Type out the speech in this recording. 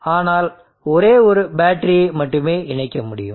ஆனால் ஒரே ஒரு பேட்டரியை மட்டுமே இணைக்க முடியும்